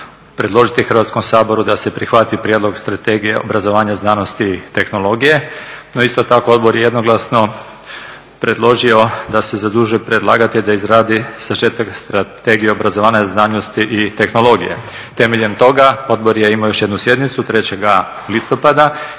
predložiti Hrvatskom saboru da se prihvati prijedlog Strategije obrazovanja, znanosti i tehnologije. No isto tako odbor je jednoglasno predložio da se zaduži predlagatelj da izradi sažetak Strategije obrazovanja, znanosti i tehnologije. Temeljem toga odbor je imao još jednu sjednicu 3. listopada